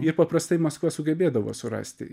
ir paprastai maskva sugebėdavo surasti